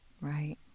right